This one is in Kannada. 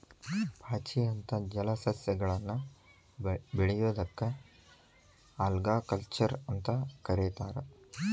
ಪಾಚಿ ಅಂತ ಜಲಸಸ್ಯಗಳನ್ನ ಬೆಳಿಯೋದಕ್ಕ ಆಲ್ಗಾಕಲ್ಚರ್ ಅಂತ ಕರೇತಾರ